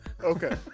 Okay